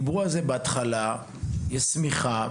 יש שמיכה,